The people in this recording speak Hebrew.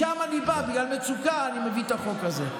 משם אני בא, בגלל מצוקה אני מביא את החוק הזה.